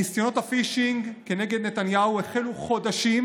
ניסיונות הפישינג כנגד נתניהו החלו חודשים,